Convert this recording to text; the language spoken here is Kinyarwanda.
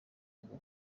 ngo